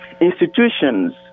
Institutions